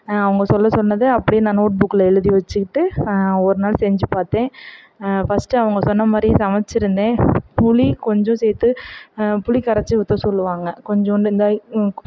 அவங்க சொல்ல சொன்னது அப்படியே நான் நோட் புக்கில் எழுதி வெச்சுக்கிட்டு ஒரு நாள் செஞ்சு பார்த்தேன் ஃபர்ஸ்டு அவங்க சொன்ன மாதிரி சமைச்சுருந்தேன் புளி கொஞ்சம் சேர்த்து புளி கரைத்து ஊற்ற சொல்லுவாங்க கொஞ்சோண்டு இந்த இந்த